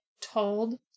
told